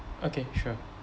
okay sure